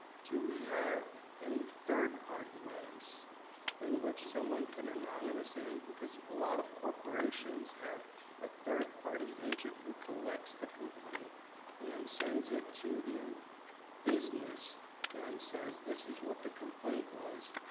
do we have any third party ways in which someone can anonymously, and cause a lot of corporations have a third party agent who collects the complaint and sends it to the business and says, this is what the complaint was,